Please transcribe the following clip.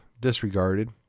disregarded